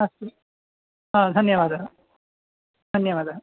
अस्तु धन्यवादः धन्यवादः